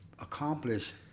accomplish